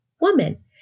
woman